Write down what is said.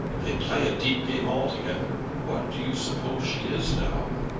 they play a deep game altogether. what do you suppose she is, now?